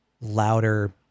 louder